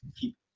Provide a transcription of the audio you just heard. keep